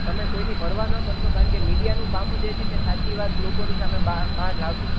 તમે કોઈની પરવા ન કરશો કારણ કે મીડિયાનું કામ જ એ છે કે સાચી વાત લોકોની સામે બાર બહાર લાવવી